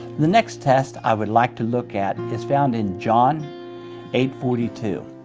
the next test i would like to look at is found in john eight forty two.